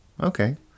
Okay